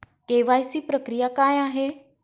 KYC प्रक्रिया काय आहे?